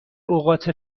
اوقات